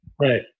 Right